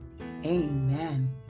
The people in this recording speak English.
Amen